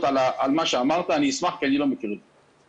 על מה שאמרת אני אשמח לשמוע כי אני לא מכיר את זה.